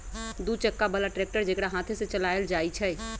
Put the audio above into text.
दू चक्का बला ट्रैक्टर जेकरा हाथे से चलायल जाइ छइ